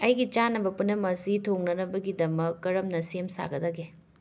ꯑꯩꯒꯤ ꯆꯥꯅꯕ ꯄꯨꯅꯃꯛ ꯑꯁꯤ ꯊꯣꯡꯅꯅꯕꯒꯤꯗꯃꯛ ꯀꯔꯝꯅ ꯁꯦꯝ ꯁꯥꯒꯗꯒꯦ